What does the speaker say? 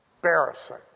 embarrassing